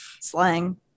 slang